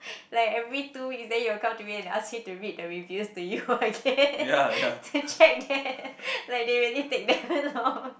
like every two weeks then you'll come to me and ask me to read the reviews to you again to check that like they really take damn long